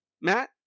Matt